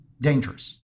dangerous